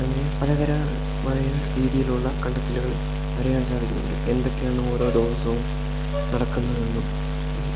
അങ്ങനെ പലതരമായ രീതിയിലുള്ള കണ്ടെത്തലുകള് അറിയാൻ സാധിക്കുന്നുണ്ട് എന്തൊക്കെയാണ് ഓരോ ദിവസവും നടക്കുന്നതെന്നും ഈ